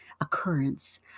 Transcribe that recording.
occurrence